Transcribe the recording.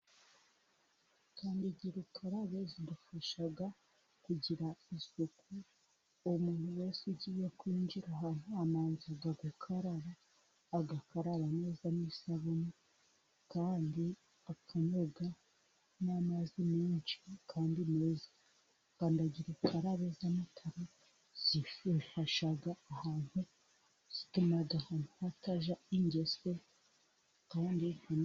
Kandagirukarabe zidufasha kugira isuku, umuntu wese ugiye kwinjira ahantu abanza gukaraba, agakaraba neza, n'isabune kandi akanoga n'amazi menshi kandi meza, Kandagirakarabe z'amatara zifasha ahantu, zituma ahantu hatajya.......